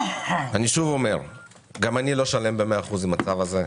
גם אני לא שלם ב-100% עם הצו הזה.